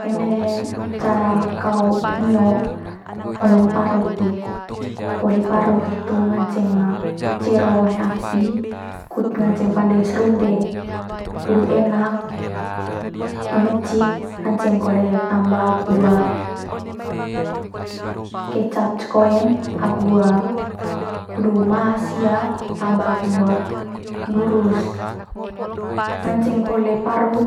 Eme cara kao nio olong parut di. Poli parut itu nganceng cero one api, kut nganceng pande serundeng, kudu enak kudu mecik nganceng kole tamba agu kecap ce koen, agu kudu mas hia tamba agu nggurus. Nganceng kole parut